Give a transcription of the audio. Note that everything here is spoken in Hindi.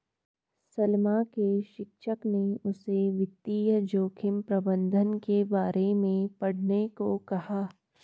सलमा के शिक्षक ने उसे वित्तीय जोखिम प्रबंधन के बारे में पढ़ने को कहा